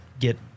get